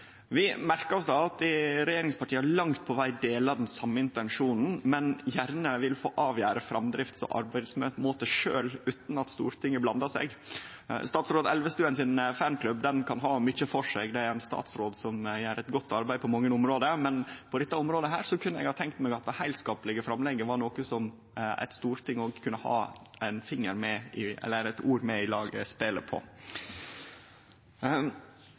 Vi merkar oss at regjeringspartia langt på veg deler den same intensjonen, men gjerne vil få avgjere framdrift og arbeidsmåte sjølve, utan at Stortinget blandar seg. Statsråd Elvestuen sin fanklubb kan ha mykje for seg. Han er ein statsråd som gjer eit godt arbeid på mange område, men på dette området kunne eg ha tenkt meg at det heilskaplege framlegget var noko Stortinget òg kunne ha eit ord med i